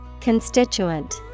Constituent